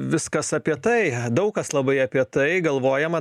viskas apie tai daug kas labai apie tai galvojama